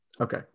okay